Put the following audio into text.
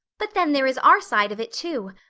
but then, there is our side of it too.